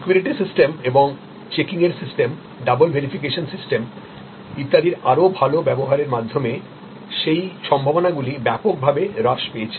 security system এবং চেকিংয়ের system double verification system ইত্যাদির আরও ভাল ব্যবহারের মাধ্যমে সেই সম্ভাবনাগুলি ব্যাপকভাবে হ্রাস পেয়েছে